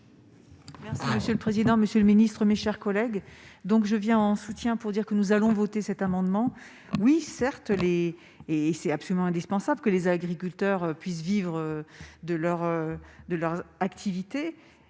Merci monsieur le président, Monsieur le Ministre, mes chers collègues, donc je viens en soutien pour dire que nous allons voter cet amendement oui certes les et et c'est absolument indispensable que les agriculteurs puissent vivre de leur de leur activité,